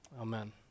Amen